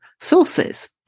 sources